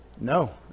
No